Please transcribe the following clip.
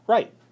Right